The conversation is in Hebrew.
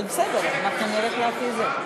אבל בסדר, אנחנו נלך לפי זה.